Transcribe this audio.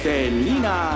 Selena